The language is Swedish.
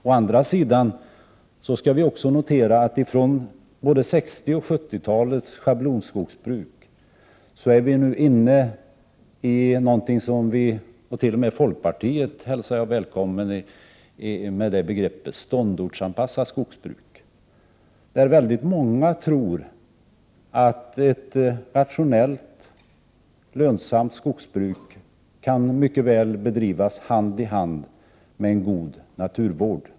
Å andra sidan skall också noteras att man från både 60 och 70-talets schablonskogsbruk nu har gått över till något som kallas ståndortsanpassat skogsbruk —t.o.m. folkpartiet hälsar jag välkommet att använda det begreppet. Många tror där att ett rationellt, lönsamt skogsbruk mycket väl kan bedrivas hand i hand med en god naturvård.